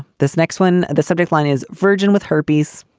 this next one, the subject line is virgin with herpes.